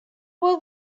will